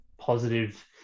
positive